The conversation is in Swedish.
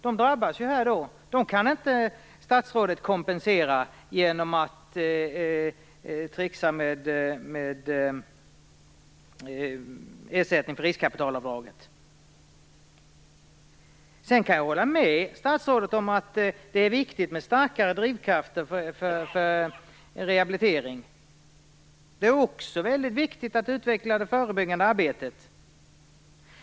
De drabbas ju här, och dem kan inte statsrådet kompensera genom att tricksa med ersättning för riskkapitalavdraget. Jag kan hålla med statsrådet om att det är viktigt med starkare drivkrafter för rehabilitering. Det är också väldigt viktigt att utveckla det förebyggande arbetet.